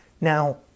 Now